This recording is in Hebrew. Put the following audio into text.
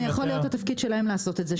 זה גם יכול להיות התפקיד שלהם לעשות את זה,